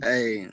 Hey